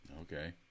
Okay